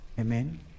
amen